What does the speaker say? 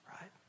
Right